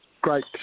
great